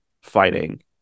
fighting